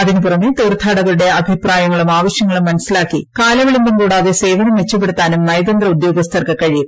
അതിനുപുറമേ തീർത്ഥാടകരുടെ അഭിപ്രായങ്ങളും ആവശ്യങ്ങളും മനസ്സിലാക്കി കാലവിളംബം കൂടാതെ സേവനം മെച്ചപ്പെടുത്താനും നയതന്ത്ര ഉദ്യോഗസ്ഥർക്ക് കഴിയും